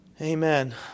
Amen